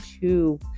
two